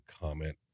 comment